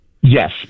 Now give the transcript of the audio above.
Yes